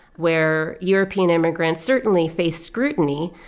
where european immigrants certainly faced scrutiny,